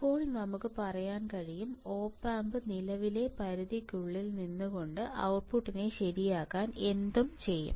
ഇപ്പോൾ നമുക്ക് പറയാൻ കഴിയും op amp നിലവിലെ പരിധിക്കുള്ളിൽ നിന്നുകൊണ്ട് ഔട്ട്പുട്ടിനെ ശരിയാക്കാൻ എന്തും ചെയ്യും